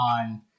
on